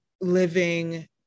living